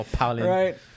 Right